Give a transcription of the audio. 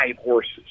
horses